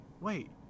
wait